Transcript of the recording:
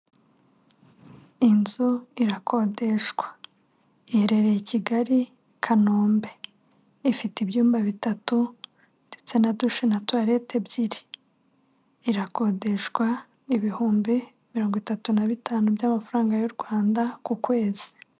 Inzu irakodeshwa iherereye i Kigali Kanombe, ifite ibyumba bitatu ndetse na dushe na toilette ebyiri, irakodeshwa ibihumbi mirongo itatu na bitanu by'amafaranga y'u Rwanda ku kwezi.